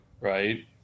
Right